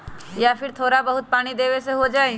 या फिर थोड़ा बहुत पानी देबे से हो जाइ?